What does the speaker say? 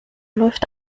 läuft